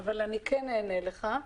אבל אני כן אענה לך,